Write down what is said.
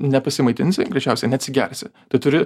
nepasimaitinsi greičiausiai neatsigersi tu turi